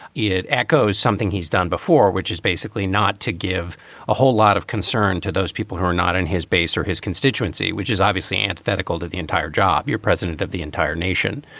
it echoes something he's done before, which is basically not to give a whole lot of concern to those people who are not in his base or his constituency, which is obviously antithetical to the entire job. you're president of the entire nation.